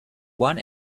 one